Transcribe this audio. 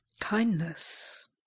kindness